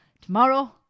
tomorrow